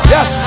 Yes